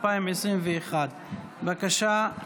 התשפ"א 2021. בבקשה,